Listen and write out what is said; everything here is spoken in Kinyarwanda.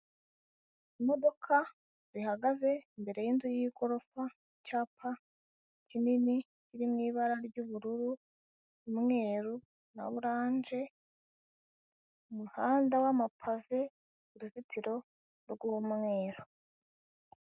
Imodoka ihagaze imbere y'inzu y'igorofa, icyapa kinini kiri mu ibara ry'ubururu n'umweru na oranje, umuhanda w'amapave, uruzitiro rw'umweru.